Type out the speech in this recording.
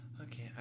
Okay